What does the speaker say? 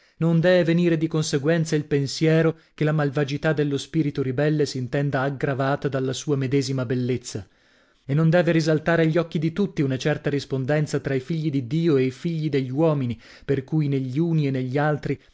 non dee venire di conseguenza il pensiero che la malvagità dello spirito ribelle s'intenda aggravata dalla sua medesima bellezza e non deve risaltare agli occhi di tutti una certa rispondenza tra i figli di dio e i figli degli uomini per cui negli uni e negli altri